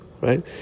right